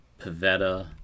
Pavetta